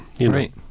right